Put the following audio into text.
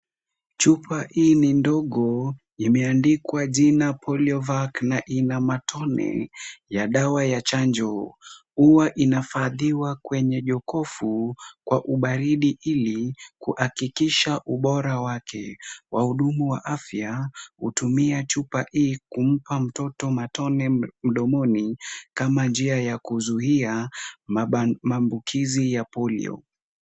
Chupa hii ni ndogo, imeandikwa jina Poliovac na ina matone ya dawa ya chanjo. Huwa inafadhiwa kwenye jokofu kwa ubaridi ili kuhakikisha ubora wake. Wahudumu wa afya hutumia chupa hii kumpa mtoto matone mdomoni kama njia ya kuzuia maambukizi ya polio.